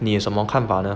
你有什么看法呢